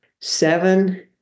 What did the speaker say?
seven